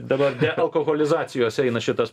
dabar dealkoholizacijos eina šitas